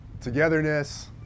togetherness